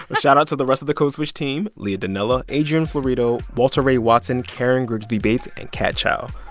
shoutout to the rest of the code switch team leah donnella, adrian florido, walter ray watson, karen grigsby bates and kat chow.